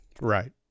right